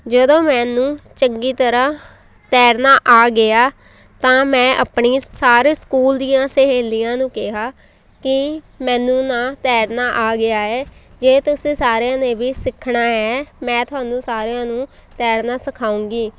ਜਦੋਂ ਮੈਨੂੰ ਚੰਗੀ ਤਰ੍ਹਾਂ ਤੈਰਨਾ ਆ ਗਿਆ ਤਾਂ ਮੈਂ ਆਪਣੀ ਸਾਰੇ ਸਕੂਲ ਦੀਆਂ ਸਹੇਲੀਆਂ ਨੂੰ ਕਿਹਾ ਕਿ ਮੈਨੂੰ ਨਾ ਤੈਰਨਾ ਆ ਗਿਆ ਹੈ ਜੇ ਤੁਸੀਂ ਸਾਰਿਆਂ ਨੇ ਵੀ ਸਿੱਖਣਾ ਹੈ ਮੈਂ ਤੁਹਾਨੂੰ ਸਾਰਿਆਂ ਨੂੰ ਤੈਰਨਾ ਸਿਖਾਊਂਗੀ